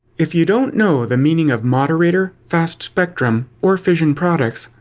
if you don't know the meaning of moderator, fast spectrum, or fission products,